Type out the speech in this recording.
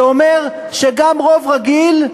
שאומר שגם רוב רגיל,